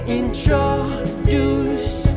introduce